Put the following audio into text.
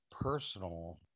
personal